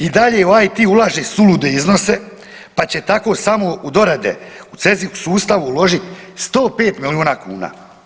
I dalje IT ulaže sulude iznose, pa će tako samo u dorade u CEZIH sustav uložiti 105 milijuna kuna.